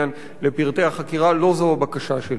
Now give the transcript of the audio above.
לפרטי החקירה, לא זו הבקשה שלי.